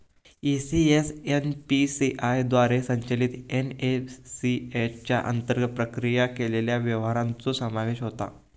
ECS NPCI द्वारे संचलित NACH च्या अंतर्गत प्रक्रिया केलेल्या व्यवहारांचो समावेश होता